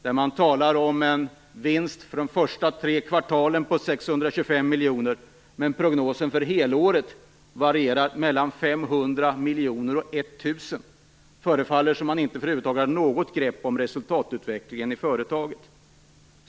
Det talas där om en vinst för de första tre kvartalen på 625 miljoner, men prognosen för helåret varierar mellan 500 och 1 000 miljoner. Det förefaller som man över huvud taget inte hade något grepp om resultatutvecklingen i företaget.